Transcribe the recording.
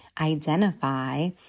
identify